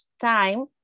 time